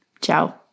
Ciao